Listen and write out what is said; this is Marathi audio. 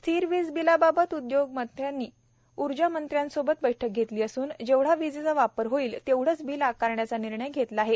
स्थिर वीज बिलाबाबत उर्जामंत्र्यांसोबत बैठक घेतली असून जेवढा विजेचा वापर होईल तेवढेच बिल आकारण्याचा निर्णय घेतला आहे